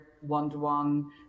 one-to-one